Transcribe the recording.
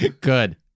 Good